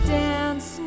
dance